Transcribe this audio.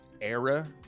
era